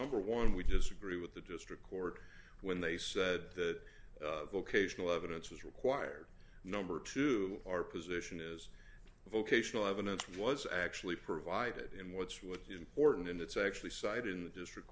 number one we disagree with the district court when they said that locational evidence was required number two our position is vocational evidence was actually provided in what's what is important and it's actually cited in the district